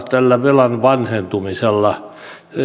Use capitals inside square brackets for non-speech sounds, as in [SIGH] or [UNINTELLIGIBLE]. [UNINTELLIGIBLE] tällä velan vanhentumisella